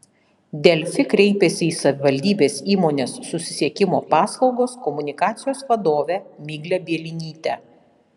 delfi kreipėsi į savivaldybės įmonės susisiekimo paslaugos komunikacijos vadovę miglę bielinytę